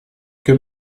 que